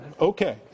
Okay